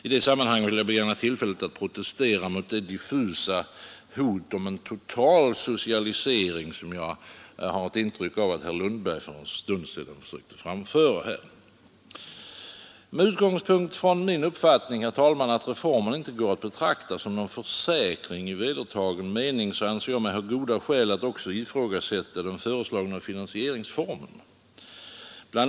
I det sammanhanget vill jag passa på att protestera mot det diffusa hot om en total socialisering som jag har ett intryck av att herr Lundberg för en stund sedan försökte framföra här. Med utgångspunkt från min uppfattning att reformen inte går att betrakta som någon försäkring i vedertagen mening anser jag mig ha goda skäl att också ifrågasätta den föreslagna finansieringsformen. BI.